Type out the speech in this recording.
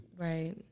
right